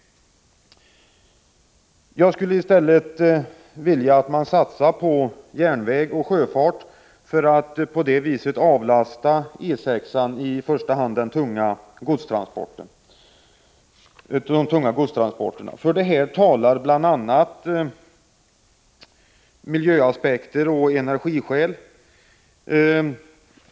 Jag skulle vilja att man i stället satsade på järnväg och sjöfart, för att på det viset avlasta E 6-an i första hand de tunga godstransporterna. För det talar bl.a. miljöaspekter och energiskäl.